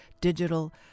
Digital